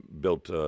built